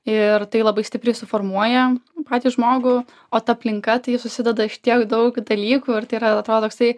ir tai labai stipriai suformuoja patį žmogų o ta aplinka tai susideda iš tiek daug dalykų ir tai yra atrodo toksai